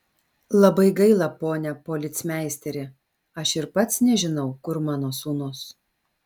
labai gaila pone policmeisteri aš ir pats nežinau kur mano sūnus